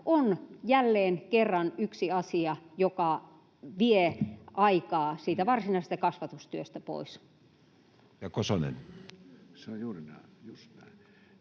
on jälleen kerran yksi asia, joka vie aikaa pois siitä varsinaisesta kasvatustyöstä.